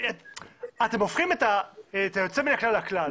אתם הופכים את היוצא מהכלל לכלל.